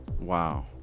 Wow